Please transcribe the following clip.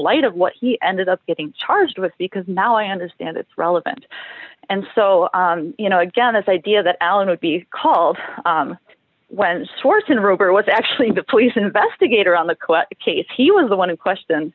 light of what he ended up getting charged with because now i understand it's relevant and so you know again this idea that alan would be called when source in rubber was actually the police investigator on the coat case he was the one in question